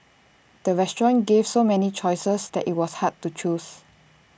the restaurant gave so many choices that IT was hard to choose